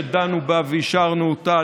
שדנו בה ואישרנו אותה,